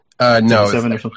No